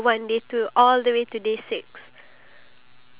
I have to you going to tell me [what]